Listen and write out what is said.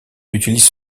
utilise